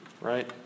Right